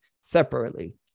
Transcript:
separately